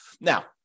Now